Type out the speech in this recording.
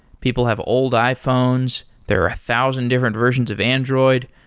people have old iphones, there are a thousand different versions of android.